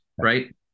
Right